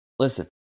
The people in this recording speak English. Listen